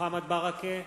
מוחמד ברכה,